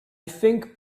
think